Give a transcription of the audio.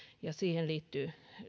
ja siihen liittyy